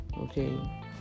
okay